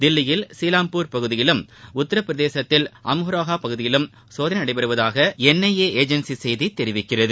தில்லியில் சீலாம்பூர் பகுதியிலும் உத்திரபிரதேசத்தில் அம்ரோஹா பகுதியிலும் சோதனை நடப்பதாக என் ஐ ஏ ஏஜென்சி செய்தி தெரிவிக்கிறது